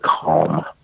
calm